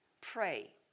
Pray